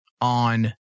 on